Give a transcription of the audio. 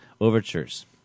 overtures